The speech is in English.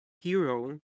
hero